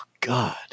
God